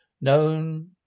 known